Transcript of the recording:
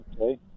Okay